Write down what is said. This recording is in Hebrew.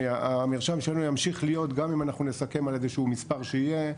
המרשם שלנו ימשיך להיות גם אם אנחנו נסכם על איזשהו מספר שיהיה,